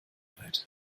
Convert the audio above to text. arbeit